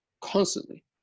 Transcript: constantly